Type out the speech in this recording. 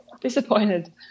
Disappointed